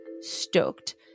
stoked